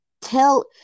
tell